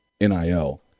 NIL